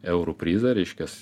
eurų prizą reiškias